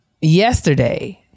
yesterday